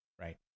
right